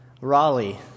Raleigh